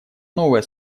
новое